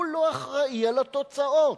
הוא לא אחראי לתוצאות,